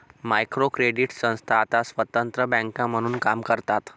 micro credit संस्था आता स्वतंत्र बँका म्हणून काम करतात